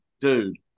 Dude